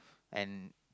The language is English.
and